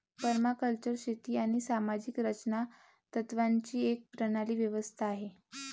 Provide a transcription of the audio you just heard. permaculture शेती आणि सामाजिक रचना तत्त्वांची एक प्रणाली व्यवस्था आहे